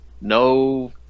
no